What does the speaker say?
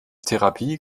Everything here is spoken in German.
therapie